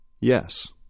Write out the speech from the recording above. Yes